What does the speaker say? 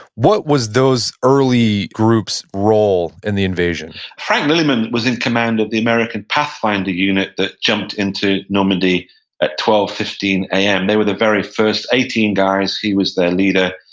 what was those early groups' role in the invasion? frank lillyman was in command of the american pathfinder unit that jumped into normandy at twelve fifteen a m. they were the very first eighteen guys. he was their leader,